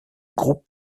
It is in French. groupe